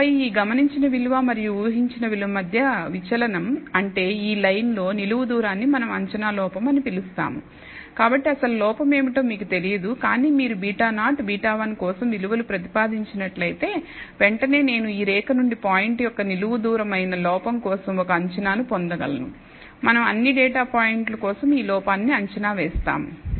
ఆపై ఈ గమనించిన విలువ మరియు ఊహించిన విలువ మధ్య విచలనం అంటే ఈ లైన్ లో నిలువు దూరాన్ని మనం అంచనా లోపం అని పిలుస్తాము కాబట్టి అసలు లోపం ఏమిటో మీకు తెలియదు కానీ మీరు β0 β1 కోసం విలువలు ప్రతిపాదించినట్లయితే వెంటనే నేను ఈ రేఖ నుండి పాయింట్ యొక్క నిలువు దూరం అయిన లోపం కోసం ఒక అంచనాను పొందగలను మనం అన్ని డేటా పాయింట్ల కోసం ఈ లోపాన్ని అంచనా వేస్తాము